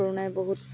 কৰোণাই বহুত